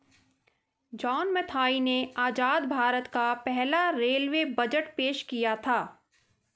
John Mathai ने आजाद भारत का पहला रेलवे बजट पेश किया था